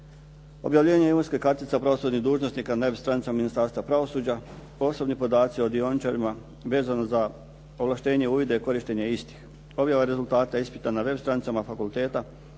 objavljivanje imovinske kartica pravosudnih dužnosnika na web stranicama Ministarstva pravosuđa, osobni podaci o dioničarima, vezano za ovlaštenje u uvide i korištenja istih, objava rezultata na web stranicama fakulteta,